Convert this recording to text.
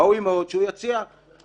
ראוי מאוד שהוא יציע אנשים